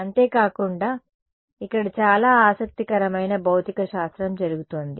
అంతేకాకుండా ఇక్కడ చాలా ఆసక్తికరమైన భౌతికశాస్త్రం జరుగుతోంది